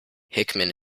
hickman